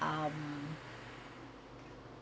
err